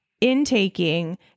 intaking